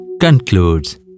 concludes